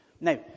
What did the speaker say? Now